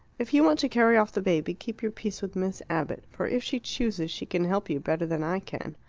if you want to carry off the baby, keep your peace with miss abbott. for if she chooses, she can help you better than i can.